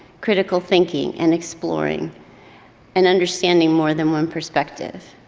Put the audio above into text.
critical thinking and exploring and understanding more than one perspective.